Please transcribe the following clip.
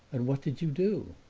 and what did you do?